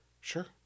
Sure